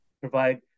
provide